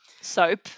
soap